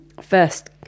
first